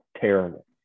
terrible